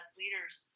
leaders